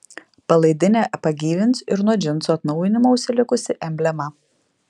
palaidinę pagyvins ir nuo džinsų atnaujinimo užsilikusi emblema